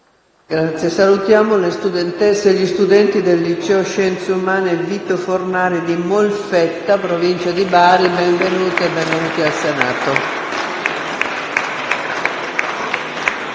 Salutiamo le studentesse e gli studenti del Liceo di scienze umane «Vito Fornari» di Molfetta, in provincia di Bari. Benvenute e benvenuti al Senato.